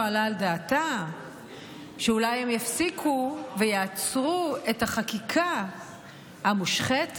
לא עלה על דעתה שאולי הם יפסיקו ויעצרו את החקיקה המושחתת,